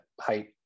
height